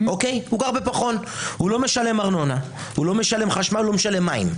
לא משלם ארנונה, הוא לא משלם חשמל ולא משלם מים.